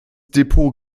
depot